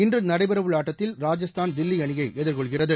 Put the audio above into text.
இன்று நடைபெறவுள்ள ஆட்டத்தில் ராஜஸ்தான் தில்லி அணியை எதிர்கொள்கிறது